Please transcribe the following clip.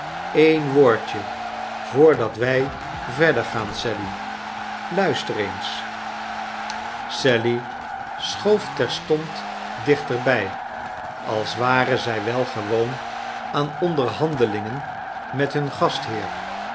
een woordje voordat wij verder gaan sally luister eens sally schoof terstond dichterbij als ware zij wel gewoon aan onderhandelingen met hun gastheer